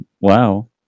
Wow